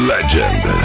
Legend